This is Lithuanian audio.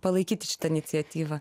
palaikyti šitą iniciatyvą